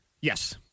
Yes